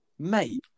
Mate